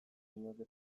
nioke